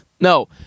No